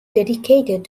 dedicated